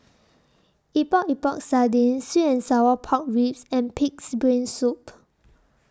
Epok Epok Sardin Sweet and Sour Pork Ribs and Pig'S Brain Soup